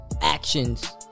actions